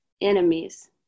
Enemies